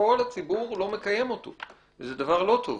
שכל הציבור לא מקיים אותו וזה דבר לא טוב.